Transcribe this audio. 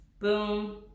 Boom